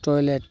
toilet